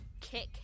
kick